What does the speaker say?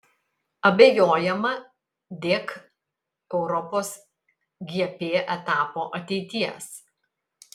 abejojama dėk europos gp etapo ateities